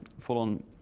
full-on